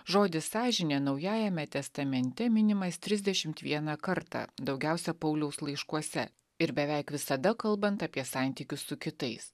žodis sąžinė naujajame testamente minimais trisdešimt vieną kartą daugiausia pauliaus laiškuose ir beveik visada kalbant apie santykius su kitais